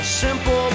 simple